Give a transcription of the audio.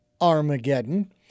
Armageddon